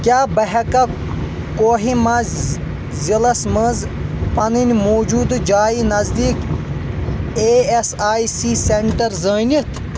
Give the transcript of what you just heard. کیٛاہ بہٕ ہیٚکا کوہِما ضلعس مَنٛز پننۍ موٗجوٗدٕ جایہِ نزدیٖک A S I C centre زٲنِتھ